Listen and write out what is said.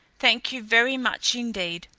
thank you very much indeed.